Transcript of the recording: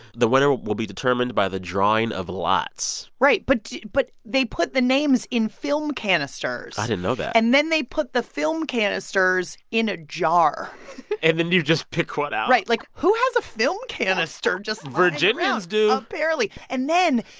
the winner will will be determined by the drawing of lots right. but but they put the names in film canisters i didn't know that and then they put the film canisters in a jar and then you just pick one out right. like, who has a film canister just lying around? virginians do apparently. and then,